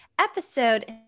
episode